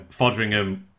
Fodringham